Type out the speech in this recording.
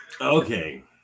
Okay